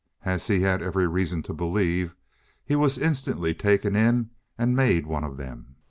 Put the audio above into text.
as he had every reason to believe he was instantly taken in and made one of them.